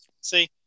see